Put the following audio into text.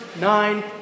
nine